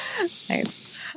Nice